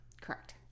Correct